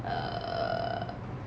err